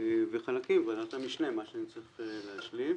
חלקים ייעשו בוועדת המשנה, מה שנצטרך להשלים.